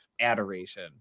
adoration